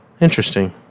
Interesting